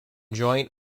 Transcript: joint